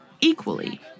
equally